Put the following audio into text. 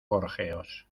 gorjeos